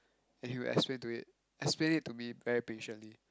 and he will explain to it explain it to me very patiently